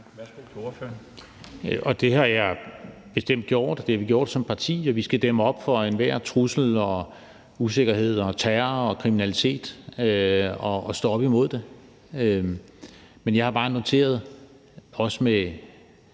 Friis Bach (RV): Det har jeg bestemt gjort, og det har vi gjort som parti. Vi skal dæmme op for enhver trussel og usikkerhed og terror og kriminalitet og stå op imod det. Men jeg har bare noteret mig, også med